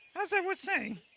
as i was saying,